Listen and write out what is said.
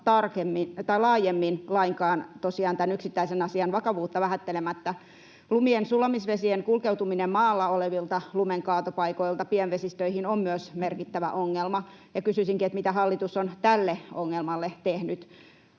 laajemmin tosiaan lainkaan tämän yksittäisen asian vakavuutta vähättelemättä. Lumien sulamisvesien kulkeutuminen maalla olevilta lumenkaatopaikoilta pienvesistöihin on myös merkittävä ongelma, ja kysyisinkin, mitä hallitus on tälle ongelmalle tehnyt.